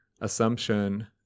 assumption